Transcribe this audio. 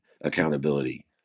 accountability